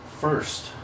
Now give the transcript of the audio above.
First